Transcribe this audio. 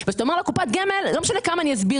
מבחינתם בנק זה איפה ששומרים את הכסף.